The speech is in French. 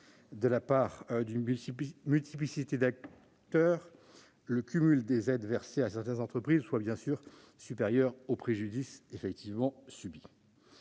de la part d'une multiplicité d'acteurs, le cumul des aides versées à certaines entreprises soit supérieur au préjudice subi.